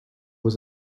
was